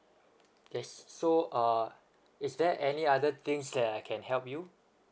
yes so uh is there any other things that I can help you